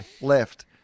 left